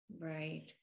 Right